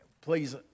please